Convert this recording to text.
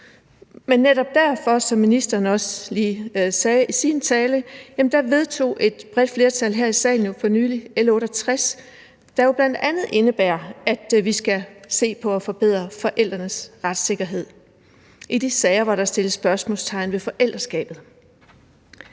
Men netop derfor – som ministeren også lige sagde i sin tale – vedtog et bredt flertal her i salen jo for nylig L 68 B, der bl.a. indebærer, at vi skal se på at forbedre forældrenes retssikkerhed i de sager, hvor der sættes spørgsmålstegn ved forældreskabet.